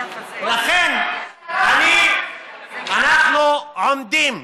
לכן, אני, אנחנו עומדים.